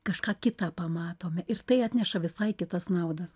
kažką kitą pamatome ir tai atneša visai kitas naudas